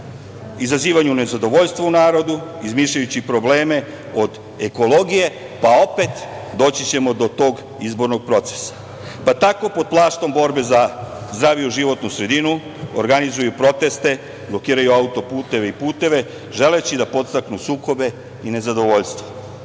izazivanju nezadovoljstva u narodu, izmišljajući probleme od ekologije, pa opet doći ćemo do tog izbornog procesa i tako pod plaštom borbe za zdraviju životnu sredinu organizuju proteste, blokiraju auto-puteve i puteve, želeći da podstaknu sukobe i nezadovoljstvo. Kada